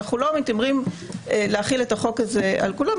אנחנו לא מתיימרים להחיל את החוק הזה על כולם,